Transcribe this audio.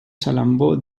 salambó